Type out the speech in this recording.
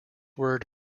word